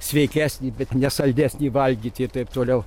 sveikesnį bet ne saldesnį valgyti ir taip toliau